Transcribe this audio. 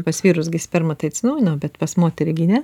pas vyrus gi sperma tai atsinaujina bet pas moterį gi ne